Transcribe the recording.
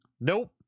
Nope